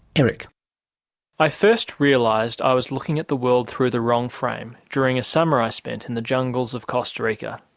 eric knight i first realised i was looking at the world through the wrong frame during a summer i spent in the jungles of costa rica.